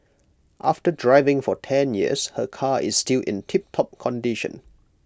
after driving for ten years her car is still in tiptop condition